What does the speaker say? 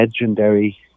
legendary